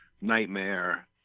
nightmare